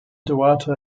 duarte